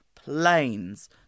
planes